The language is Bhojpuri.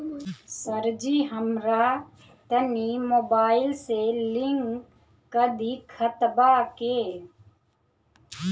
सरजी हमरा तनी मोबाइल से लिंक कदी खतबा के